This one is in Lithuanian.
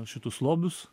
šitus lobius